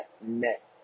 net